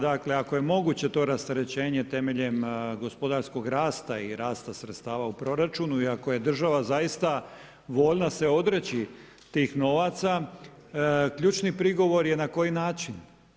Dakle, ako je moguće to rasterećenje temeljem gospodarskog rasta i rasta sredstava u proračunu i ako je država zaista voljna se odreći tih novaca, ključni prigovor je na koji način?